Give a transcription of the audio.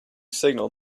signal